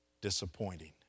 disappointing